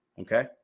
okay